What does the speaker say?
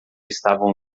estavam